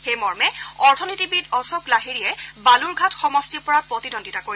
সেই মৰ্মে অথনীতিবিদ অশোক লাহিড়িয়ে বালুৰঘাট সমষ্টিৰ পৰা প্ৰতিদ্বন্দ্বিতা কৰিব